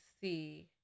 see